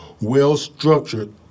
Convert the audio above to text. well-structured